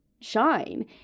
shine